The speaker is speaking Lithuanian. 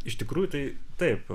iš tikrųjų tai taip